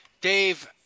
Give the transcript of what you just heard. Dave